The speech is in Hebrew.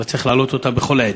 אבל צריך להעלות אותה בכל עת.